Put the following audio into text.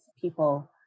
people